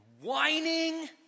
whining